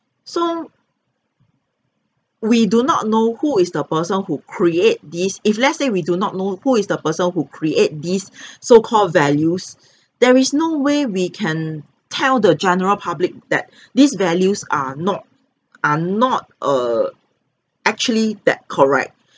so we do not know who is the person who create these if let's say we do not know who is the person who create these so called values there is no way we can tell the general public that these values are not are not err actually that correct